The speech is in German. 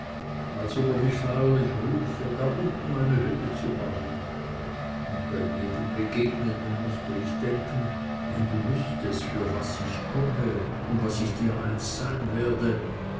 als ob er mich feierlich rufe da unten meine hütte zu bauen und bei jedem begegnenden mußte ich denken wenn du wüßtest für was ich komme und was ich dir einst sein werde